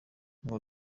ngo